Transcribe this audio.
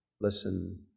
Listen